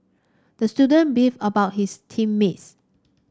the student beefed about his team mates